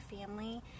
family